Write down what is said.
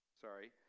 sorry